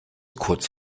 kurz